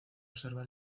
observa